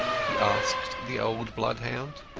he asked the old bloodhound.